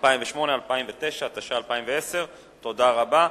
2008 ו-2009), התש"ע 2010. תודה רבה.